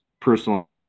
personal